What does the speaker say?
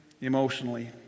emotionally